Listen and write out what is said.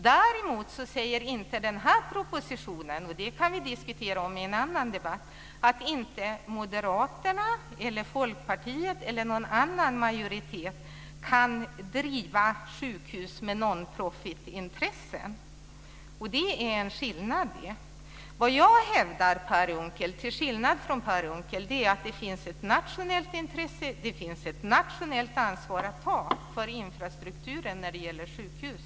Däremot säger inte den här propositionen, och det kan vi diskutera i en annan debatt, att inte Moderaterna, Folkpartiet eller någon annan majoritet kan driva sjukhus med non-profit-intressen. Det finns en skillnad där. Jag hävdar, till skillnad från Per Unckel, att det finns ett nationellt intresse och ett nationellt ansvar att ta för infrastrukturen när det gäller sjukhus.